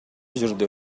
жүрдү